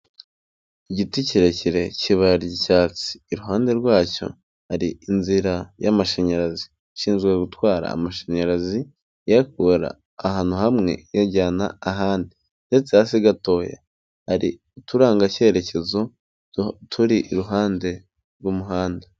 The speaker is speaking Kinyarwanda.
Igiti kirekire cy'ibara ry'icyatsi. Iruhande rwacyo hari inzira y'amashanyarazi. Ishinzwe gutwara amashanyarazi iyakura ahantu hamwe, iyajyana ahandi. Ndetse hasi gatoya hari uturangacyerekezo turi iruhande rw'umuhanda.